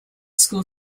school